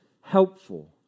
helpful